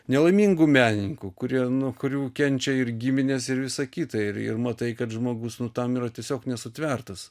nelaimingų menininkų kurie nuo kurių kenčia ir giminės ir visa kita ir ir matai kad žmogus nu tam yra tiesiog nesutvertas